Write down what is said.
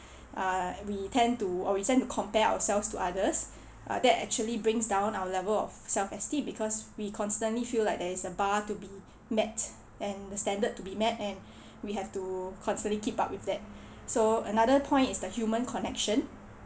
err we tend to we tend to compare ourselves to others uh that actually bring down our level of self esteem because we constantly feel like there is a bar to be met and the standard to be met and we have to constantly keep up with that so another point is the human connection